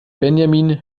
benjamin